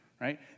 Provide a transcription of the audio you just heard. right